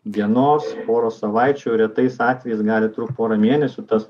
vienos poros savaičių retais atvejais gali trukt pora mėnesių tas